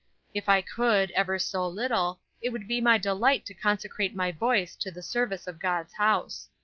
if i could, ever so little, it would be my delight to consecrate my voice to the service of god's house.